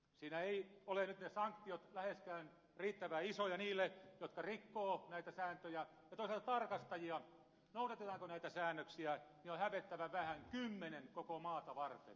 siinä eivät ole nyt ne sanktiot läheskään riittävän isoja niille jotka rikkovat näitä sääntöjä ja toisaalta tarkastajia jotka tarkastavat noudatetaanko näitä säännöksiä on hävettävän vähän kymmenen koko maata varten